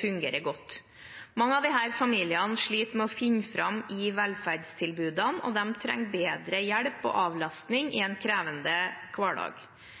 fungerer godt. Mange av disse familiene sliter med å finne fram i velferdstilbudene, og de trenger bedre hjelp og avlastning i en krevende hverdag.